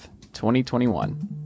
2021